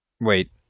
wait